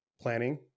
planning